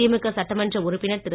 திமுக சட்டமன்ற உறுப்பினர் திரு